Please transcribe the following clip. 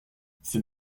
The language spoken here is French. ces